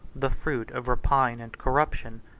the fruit of rapine and corruption,